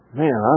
man